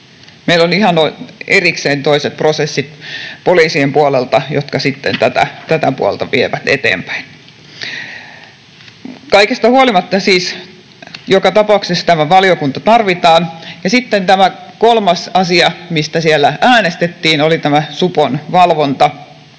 Meillä on ihan erikseen toiset prosessit poliisien puolelta, jotka sitten tätä puolta vievät eteenpäin. Kaikesta huolimatta siis joka tapauksessa tämä valiokunta tarvitaan. Sitten tämä kolmas asia, mistä siellä äänestettiin, oli tämä supon valvonta,